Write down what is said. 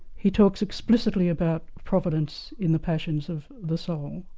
he talks explicitly about providence in the passions of the soul,